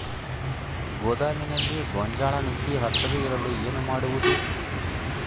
ಗೋದಾಮಿನಲ್ಲಿ ಗೋಂಜಾಳ ನುಸಿ ಹತ್ತದೇ ಇರಲು ಏನು ಮಾಡುವುದು?